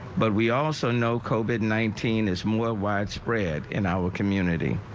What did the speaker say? but we also know covid nineteen is more widespread in our community.